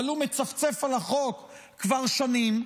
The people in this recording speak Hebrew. אבל הוא מצפצף על החוק כבר שנים.